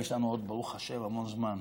ויש לנו עוד ברוך השם המון זמן,